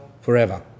forever